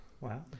Wow